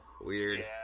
Weird